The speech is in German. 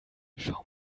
schau